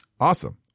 Awesome